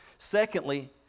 Secondly